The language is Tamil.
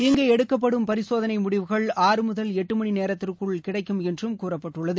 இங்கு எடுக்கப்படும் பரிசோதனை முடிவுகள் ஆறு முதல் எட்டுமணி நேரத்திற்குள் கிடைக்கும் என்றும் கூறப்பட்டுள்ளது